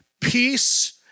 peace